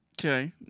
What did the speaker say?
Okay